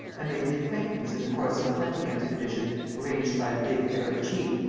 i made the acquaintance, in the course of a hunting-expedition arranged by a big arab chief,